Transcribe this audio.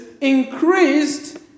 increased